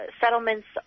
settlements